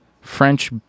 French